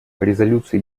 резолюции